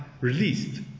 released